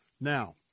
Now